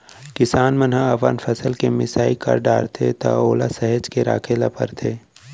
किसान मन ह अपन फसल के मिसाई कर डारथे त ओला सहेज के राखे ल परथे